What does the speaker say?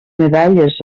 medalles